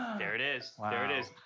there it is, like there it is!